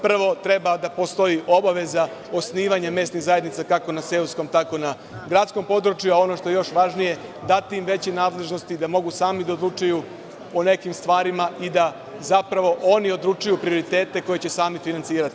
Prvo, treba da postoji obaveza osnivanja mesnih zajednica, kako na seoskom, tako i na gradskom području, a ono što je još važnije jeste da im treba dati nadležnosti da mogu sami da odlučuju o nekim stvarima i da zapravo oni odlučuju o prioritetima koje će sami finansirati.